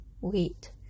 wait